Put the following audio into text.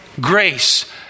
Grace